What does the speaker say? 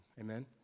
Amen